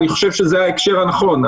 אני חושב שזה ההקשר הנכון.